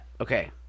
Okay